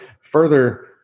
further